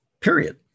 period